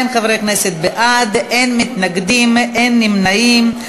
52 חברי כנסת בעד, אין מתנגדים, אין נמנעים.